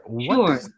Sure